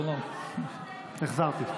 ודאי.